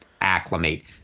acclimate